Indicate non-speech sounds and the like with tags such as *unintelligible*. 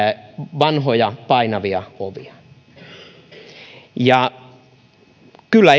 vanhoja painavia ovia kyllä *unintelligible*